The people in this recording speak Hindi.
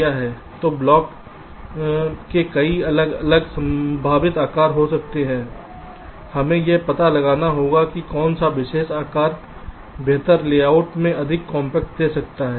तो ब्लॉक के कई अलग अलग संभावित आकार हो सकते हैं हमें यह पता लगाना होगा कि कौन सा विशेष आकार बेहतर लेआउट में अधिक कॉम्पैक्ट दे सकता है